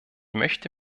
möchte